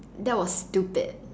that was stupid